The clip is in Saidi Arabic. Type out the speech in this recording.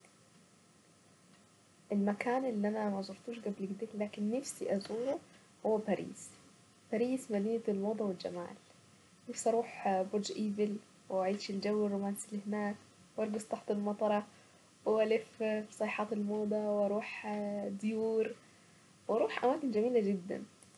اكتر شهر مفضل بالنسبة لي هو شهر سبتمبر واكتوبر وشهر مايو وابريل الجو بيكون جميل جدا سواء في الربيع في ابريل او مايو وبيكون حلو خالص في اكتوبر في سبتمبر تكون بدايات الخريف البيت ويكون الجو جميل وهادئ وفيه لسعة بسيطة.